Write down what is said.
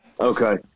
Okay